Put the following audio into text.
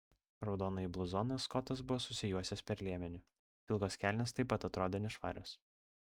raudonąjį bluzoną skotas buvo susijuosęs per liemenį pilkos kelnės taip pat atrodė nešvarios